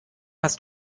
hast